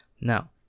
Now